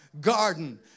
garden